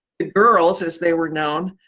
the girls, as they were known,